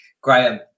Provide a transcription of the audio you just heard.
Graham